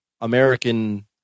American